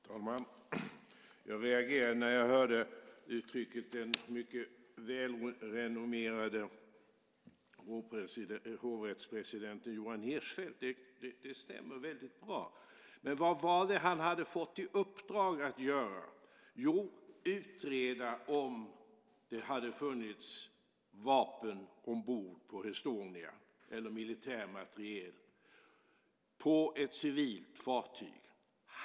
Herr talman! Jag reagerade när jag hörde uttrycket den mycket välrenommerade hovrättspresidenten Johan Hirschfeldt. Det stämmer väldigt bra. Men vad var det han hade fått i uppdrag att göra? Jo, att utreda om det funnits vapen eller militär materiel ombord på Estonia, på ett civilt fartyg.